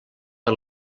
per